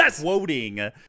quoting